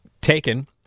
taken